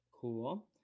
Cool